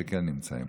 שכן נמצאים.